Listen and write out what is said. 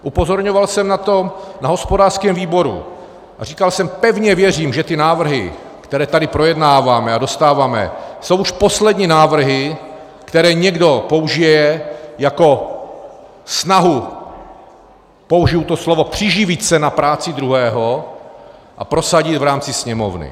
Upozorňoval jsem na to na hospodářském výboru a říkal jsem, pevně věřím, že ty návrhy, které tady projednáváme a dostáváme, jsou už poslední návrhy, které někdo použije jako snahu použiji to slovo přiživit se na práci druhého a prosadit v rámci Sněmovny.